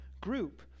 group